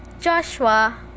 Joshua